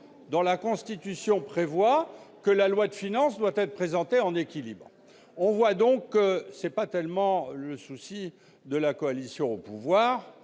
dont la Constitution prévoit que la loi de finances doit être présentée en équilibre. On voit donc que le souci de la coalition au pouvoir